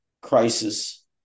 crisis